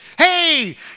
hey